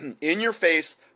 in-your-face